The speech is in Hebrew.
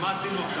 מה עשינו עכשיו?